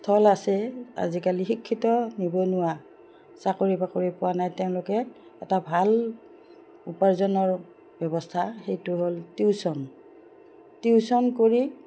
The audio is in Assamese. স্থল আছে আজিকালি শিক্ষিত নিবনুৱা চাকৰি বাকৰি পোৱা নাই তেওঁলোকে এটা ভাল উপাৰ্জনৰ ব্যৱস্থা সেইটো হ'ল টিউশ্যন টিউচ্যন কৰি